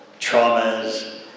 traumas